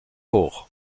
hoch